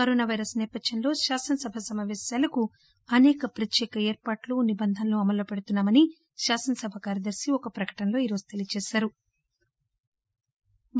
corona virus సేపథ్యంలో శాసనసభ సమాపేశాలకు అనేక ప్రత్యేక ఏర్పాట్లు నిబంధనలు అమల్లో పెడుతున్నా మని శాసనసభ కార్యదర్ని ఒక ప్రకటనలో ఈ రోజు తెలియచేశారు